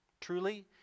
truly